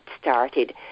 started